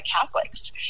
Catholics